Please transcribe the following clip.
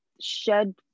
shed